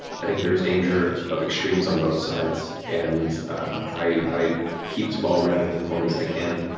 i think there's danger of extremes on both sides, and i keep as well read and and informed as i can,